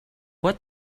what